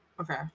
Okay